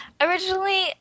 Originally